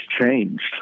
changed